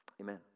amen